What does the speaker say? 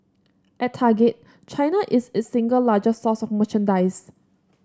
at Target China is its single largest source of merchandise